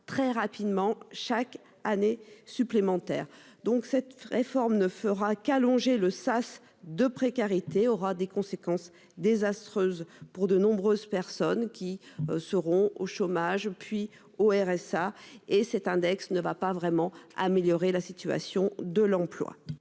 très rapidement chaque année supplémentaire donc cette réforme ne fera qu'allonger le sas de précarité, aura des conséquences désastreuses pour de nombreuses personnes qui seront au chômage puis au RSA et cet index ne va pas vraiment améliorer la situation de l'emploi.